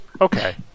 okay